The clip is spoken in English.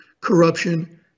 corruption